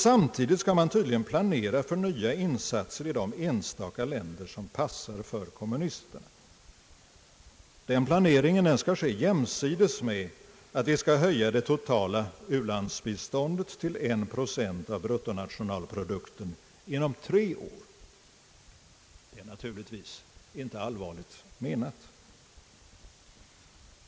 Samtidigt skall man tydligen planera för nya insatser i de enstaka länder som passar för kommunisterna. Den planeringen skall ske jämsides med att vi skall höja det totala u-landsbiståndet till en procent av bruttonationalprodukten inom tre år. Det är naturligtvis inte allvarligt menat.